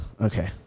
okay